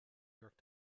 york